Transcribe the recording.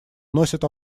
носят